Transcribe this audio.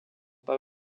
pas